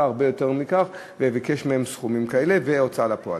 הרבה יותר מכך וביקש מהם סכומים כאלה ופנה להוצאה לפועל.